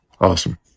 Awesome